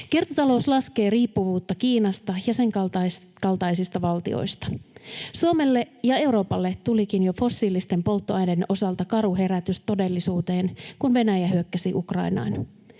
Kiertotalous laskee riippuvuutta Kiinasta ja senkaltaisista valtioista. Suomelle ja Euroopalle tulikin jo fossiilisten polttoaineiden osalta karu herätys todellisuuteen, kun Venäjä hyökkäsi Ukrainaan.